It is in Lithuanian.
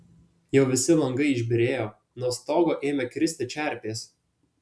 jau visi langai išbyrėjo nuo stogo ėmė kristi čerpės